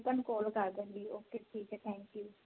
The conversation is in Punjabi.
ਤੁਹਾਨੂੰ ਕੋਲ ਕਰਦੂੰਗੀ ਓਕੇ ਠੀਕ ਆ ਥੈਂਕ ਯੂ